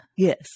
Yes